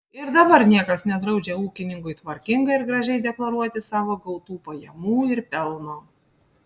ir dabar niekas nedraudžia ūkininkui tvarkingai ir gražiai deklaruoti savo gautų pajamų ir pelno